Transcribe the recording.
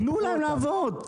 תנו להם לעבוד.